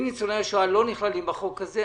אם ניצולי השואה נכללים בחוק הזה,